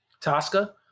Tosca